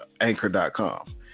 Anchor.com